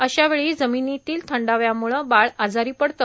अशा वेळी जमिनीतील थंडाव्याम्ळ बाळ आजारी पडत